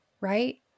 right